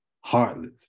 heartless